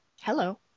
Hello